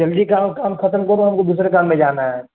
جلدی کام کام ختم کرو ہم کو دوسرے کام میں جانا ہے